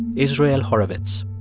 israel horovitz.